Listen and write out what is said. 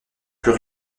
plus